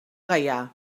gaià